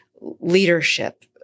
leadership